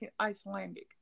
Icelandic